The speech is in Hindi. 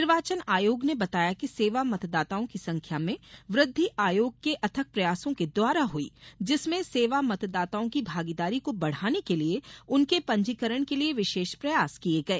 निर्वाचन आयोग ने बताया कि सेवा मतदाताओं की संख्या में वृद्धि आयोग के अथक प्रयासों के द्वारा हुई जिसमें सेवा मतदाताओं की भागीदारी को बढ़ाने के लिए उनके पंजीकरण के लिए विशेष प्रयास किए गए